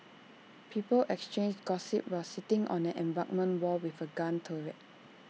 people exchanged gossip while sitting on an embankment wall with A gun turret